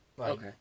Okay